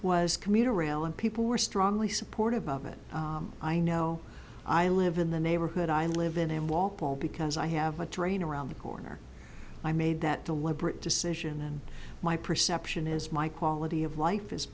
was commuter rail and people were strongly supportive of it i know i live in the neighborhood i live in and walked because i have a train around the corner i made that deliberate decision and my perception is my quality of life is